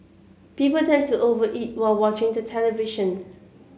people tend to over eat while watching the television